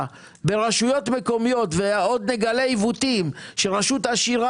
ברשויות מקומיות ועוד נגלה עיוותים שרשות עשירה